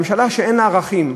ממשלה שאין לה ערכים,